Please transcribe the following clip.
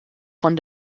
von